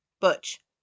Butch